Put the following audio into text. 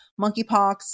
monkeypox